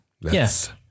Yes